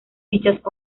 dichas